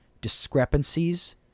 discrepancies